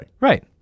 Right